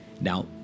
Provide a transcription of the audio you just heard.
Now